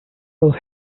was